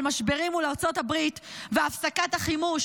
משברים מול ארצות הברית והפסקת החימוש,